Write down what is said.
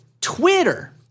Twitter